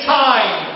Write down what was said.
time